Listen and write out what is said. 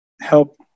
help